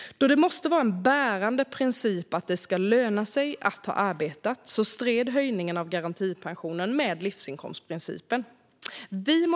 Då det måste vara en bärande princip att det ska löna sig att ha arbetat stred höjningen av garantipensionen mot livsinkomstprincipen.